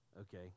okay